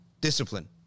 Discipline